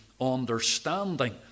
understanding